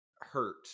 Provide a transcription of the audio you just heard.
hurt